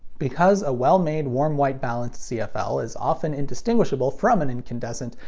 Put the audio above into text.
because a well-made warm-white balanced cfl is often indistinguishable from an incandescent,